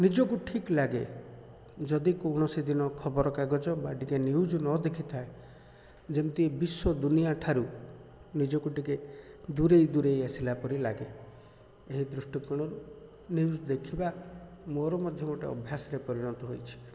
ନିଜକୁ ଠିକ୍ ଲାଗେ ଯଦି କୌଣସି ଦିନ ଖବରକାଗଜ ବା ଟିକେ ନ୍ୟୁଜ୍ ନଦେଖିଥାଏ ଯେମତି ବିଶ୍ଵ ଦୁନିଆ ଠାରୁ ନିଜକୁ ଟିକେ ଦୂରେଇ ଦୂରେଇ ଆସିଲା ପରି ଲାଗେ ଏହି ଦୃଷ୍ଟିକୋଣରୁ ନ୍ୟୁଜ୍ ଦେଖିବା ମୋର ମଧ୍ୟ ଗୋଟେ ଅଭ୍ୟାସରେ ପରିଣତ ହୋଇଛି